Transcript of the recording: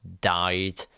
died